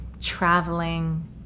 traveling